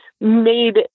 made